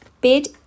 BID